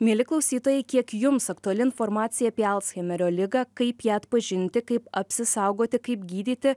mieli klausytojai kiek jums aktuali informacija apie alzheimerio ligą kaip ją atpažinti kaip apsisaugoti kaip gydyti